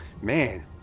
man